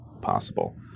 Possible